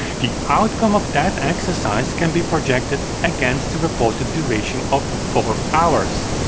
the outcome of that exercise can be projected against the reported duration of four hours.